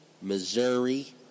Missouri